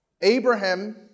Abraham